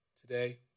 today